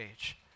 age